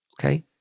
Okay